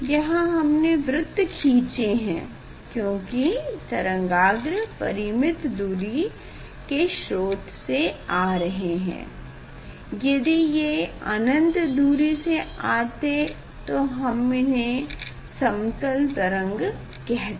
यहाँ हमने वृत्त खीचे हैं क्यूकी तरंगाग्र परिमित दूरी के स्रोत से आ रहे है यदि ये अनंत दूरी से आते हम इन्हे समतल तरंग कहते